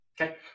okay